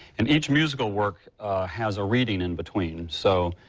and each musical work has a reading in between so.